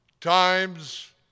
times